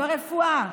ברפואה,